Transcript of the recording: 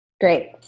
Great